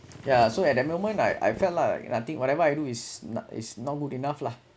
yeah so at that moment I I felt lah nothing whatever I do is not is not good enough lah